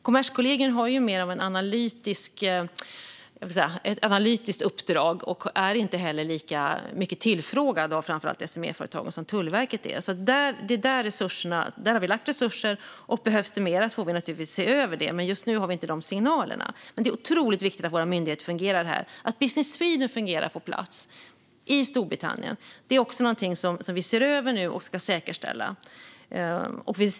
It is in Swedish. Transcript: Kommerskollegium har mer av ett analytiskt uppdrag och är inte heller lika mycket tillfrågat av framför allt SME-företag som Tullverket är. Där har vi alltså lagt resurser. Behövs det mer får vi naturligtvis se över det. Just nu får vi inte de signalerna, men det är otroligt viktigt att våra myndigheter fungerar här. Att Business Sweden fungerar på plats i Storbritannien är också något vi ser över och ska säkerställa.